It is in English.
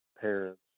parents